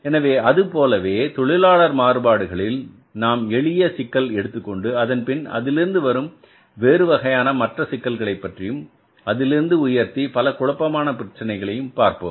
எனவே அதுபோலவே தொழிலாளர் மார்புகளில் நாம் ஒரு எளிய சிக்கல் எடுத்துக்கொண்டு அதன்பின் அதிலிருந்து வரும் வேறு வகையான மற்ற சிக்கல்கள் பற்றியும் அதிலிருந்து உயர்த்தி பல குழப்பமான பிரச்சினைகளையும் பார்ப்போம்